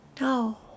No